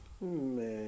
Man